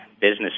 business